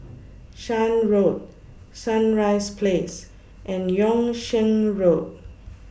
Shan Road Sunrise Place and Yung Sheng Road